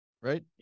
Right